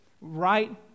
Right